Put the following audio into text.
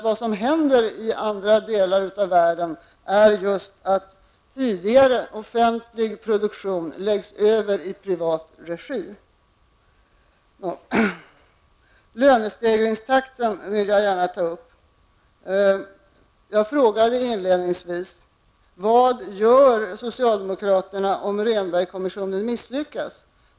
Vad som händer i andra delar av världen är just att tidigare offentlig produktion läggs över i privat regi. Lönestegringstakten vill jag gärna beröra. Jag frågade inledningsvis: Vad gör socialdemokraterna om Rehnbergkommissionen misslyckas?